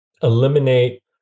eliminate